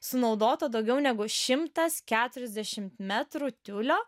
sunaudota daugiau negu šimtas keturiasdešimt metrų tiulio